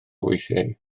weithiau